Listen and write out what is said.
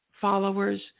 followers